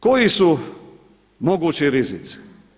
Koji su mogući rizici?